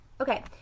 Okay